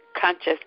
conscious